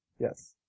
Yes